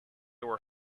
were